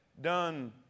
done